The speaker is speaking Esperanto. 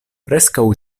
preskaŭ